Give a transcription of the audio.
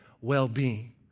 well-being